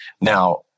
Now